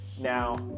Now